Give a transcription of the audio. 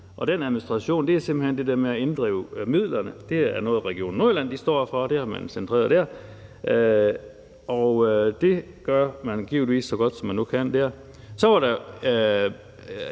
og den administration dækker simpelt hen over det der med at inddrive midlerne, og det er noget, Region Nordjylland står for, for det har man centreret der, og det gør man givetvis så godt, som man nu kan der; 1,2 mio.